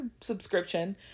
subscription